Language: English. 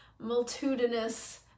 multitudinous